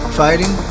fighting